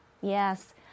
yes